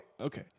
okay